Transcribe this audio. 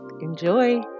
enjoy